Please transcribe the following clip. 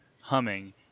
humming